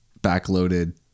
backloaded